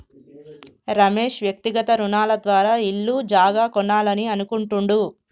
రమేష్ వ్యక్తిగత రుణాల ద్వారా ఇల్లు జాగా కొనాలని అనుకుంటుండు